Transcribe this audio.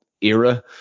era